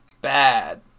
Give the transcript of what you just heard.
bad